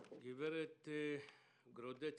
גברת גורודצקי,